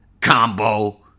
Combo